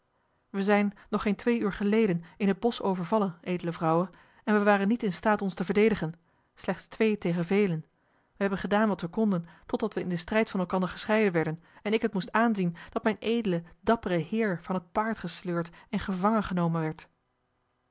wij zijn nog geen twee uur geleden in het bosch overvallen edele vrouwe en wij waren niet in staat ons te verdedigen slechts twee tegen velen wij hebben gedaan wat wij konden totdat wij in den strijd van elkander gescheiden werden en ik het moest aanzien dat mijn edele dappere heer van het paard gesleurd en gevangen genomen werd